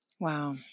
Wow